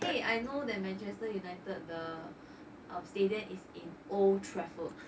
!hey! I know that manchester united the our stadium is in old trafford